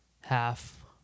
half